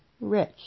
rich